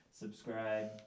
Subscribe